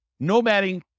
nomading